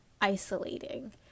isolating